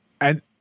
and-